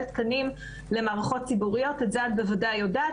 תקנים למערכות ציבוריות - את זה את בוודאי יודעת.